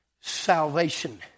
salvation